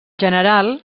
general